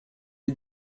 est